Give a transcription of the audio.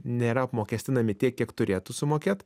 nėra apmokestinami tiek kiek turėtų sumokėt